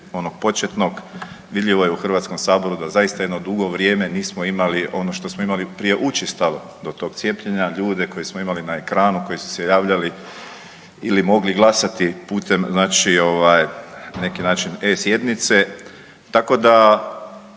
onog početnog vidljivo je u Hrvatskom saboru da zaista jedno dugo vrijeme nismo imali ono što smo imali prije učestalo do tog cijepljenja ljude koje smo imali na ekranu koji su se javljali ili mogli glasati putem, znači neki način e-sjednice. Tako da